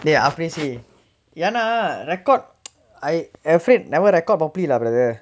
dey அப்டியே செய்:apdiyae sei record I afraid never record properly lah brother